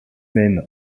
même